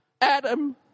Adam